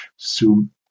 Zoom